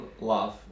love